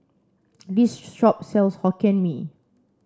this shop sells Hokkien Mee